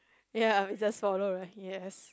ya we just swallow right yes